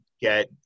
get